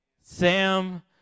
Sam